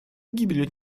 гибелью